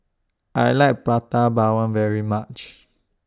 I like Prata Bawang very much